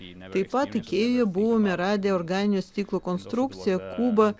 taip pat ikėjoje buvome radę organinio stiklo konstrukciją kubą